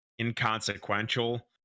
inconsequential